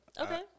Okay